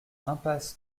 impasse